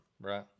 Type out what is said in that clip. right